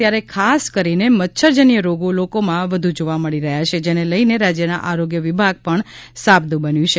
ત્યારે ખાસ કરીને મચ્છર જન્ય રોગો લોકોમાં વધુ જોવા મળી રહ્યા છે જેને લઈને રાજ્યના આરોગ્ય વિભાગ પણ સાબદ્ધં બન્યું છે